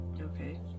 Okay